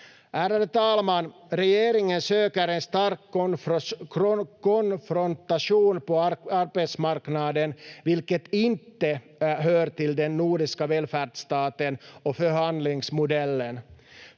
Ärade talman! Regeringen söker en stark konfrontation på arbetsmarknaden, vilket inte hör till den nordiska välfärdsstaten och förhandlingsmodellen.